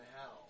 hell